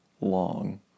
long